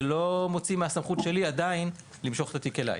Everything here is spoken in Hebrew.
עדיין זה לא מוציא מהסמכות שלי למשוך את התיק אליי.